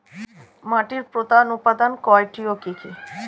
মাটির প্রধান উপাদান কয়টি ও কি কি?